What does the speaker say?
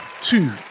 two